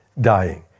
dying